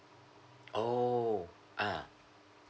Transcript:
oh ah